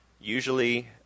usually